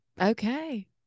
okay